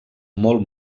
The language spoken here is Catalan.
molt